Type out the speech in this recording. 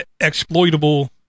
exploitable